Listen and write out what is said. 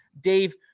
Dave